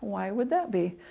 why would that be?